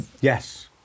Yes